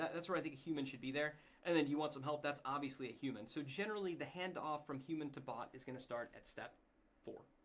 that's where i think a human should be there and then you want some help, that's obviously a human. so generally the hand off from human to bot is gonna start at step four.